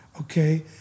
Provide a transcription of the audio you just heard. Okay